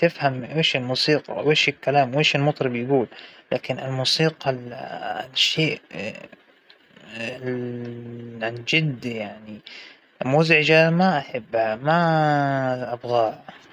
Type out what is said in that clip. بظبط حالى، بجلس مع أطفالى، فى ألف شغلة وشغلة فينا نساويها بهاى الثلث ساعات، لكن المشكلة إنه ما عندى هادا الثلاث ساعات ال- الفاضيين.